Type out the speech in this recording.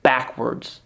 Backwards